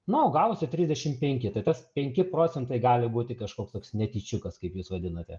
na o gavosi trisdešim penki tai tas penki procentai gali būti kažkoks toks netyčiukas kaip jūs vadinate